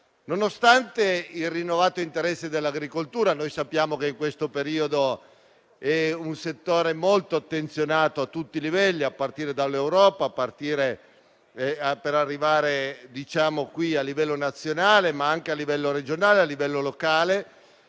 Nonostante il rinnovato interesse per l'agricoltura, che sappiamo in questo periodo essere un settore molto attenzionato a tutti i livelli, a partire dall'Europa, per arrivare a quello nazionale, ma anche regionale e locale,